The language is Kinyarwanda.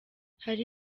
hari